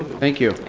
thank you.